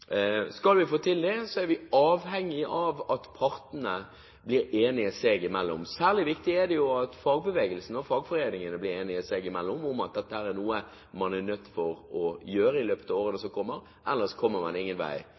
Skal vi få til det, er vi avhengig av at partene blir enige seg imellom. Særlig viktig er det jo at fagbevegelsen og fagforeningene blir enige seg imellom om at dette er noe man er nødt til å gjøre i løpet av årene som kommer, ellers kommer man ingen vei.